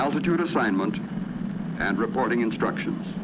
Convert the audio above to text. altitude assignment and reporting instructions